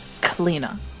Kalina